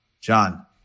John